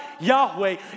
Yahweh